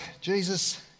Jesus